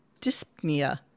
dyspnea